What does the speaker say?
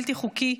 בלתי חוקי,